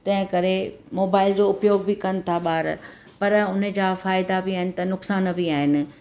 तंहिं करे मोबाइल जो उपयोग बि कनि था ॿार पर हुनजा फ़ाइदा बि आहिनि त नुक़सान बि आहिनि